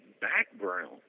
background